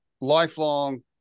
lifelong